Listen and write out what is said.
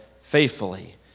faithfully